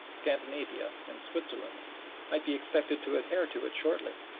scandinavia, and switzerland might be expected to adhere to it shortly.